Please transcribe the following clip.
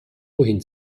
wohin